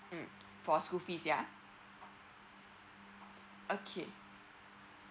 mm for school fees ya okay